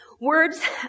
Words